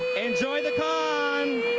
enjoy the con!